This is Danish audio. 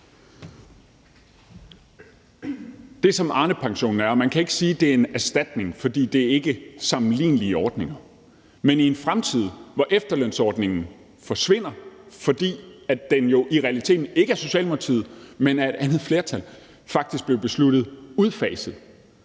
Kl. 14:40 Jens Joel (S): Man kan ikke sige, at Arnepensionen er en erstatning, fordi det ikke er sammenlignelige ordninger, men i en fremtid, hvor efterlønsordningen forsvinder, fordi den jo i realiteten, ikke af Socialdemokratiet, men af et andet flertal, blev besluttet udfaset